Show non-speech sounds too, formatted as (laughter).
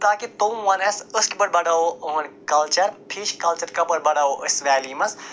تاکہ تِم وَنہِ اَسہِ أسۍ کِتھ پٲٹھۍ بڑاوو (unintelligible) کَلچَر فِش کَلچَر کَپٲرۍ بڑاوو أسۍ ویلی منٛز